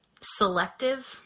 Selective